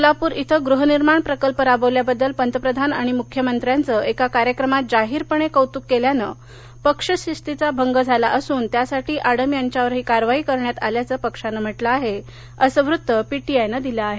सोलापूर इथं गृहनिर्माण प्रकल्प राबविल्याबद्दल पंतप्रधान आणि मुख्यमंत्र्यांचं एका कार्यक्रमात जाहीरपणे कौतूक केल्यानं पक्षशिस्तीचा भंग झाला असून त्यासाठी आडम यांच्यावर ही कारवाई करण्यात आल्याचं पक्षानं म्हटलं आहे असं वृत्त पी टी आय न दिल आहे